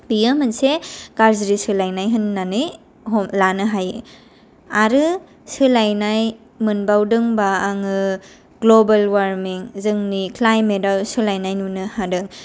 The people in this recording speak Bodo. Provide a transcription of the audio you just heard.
बोयो मोनसे गाज्रि सोलायनाय होन्नानै हम लानो हायो आरो सोलायनाय मोनबावदों होमबा आङो ग्ल'बेल वारमिं जोंनि क्लाइमेटया सोलायनाय नुनो हादों